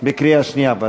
בקריאה שנייה.